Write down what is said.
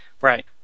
right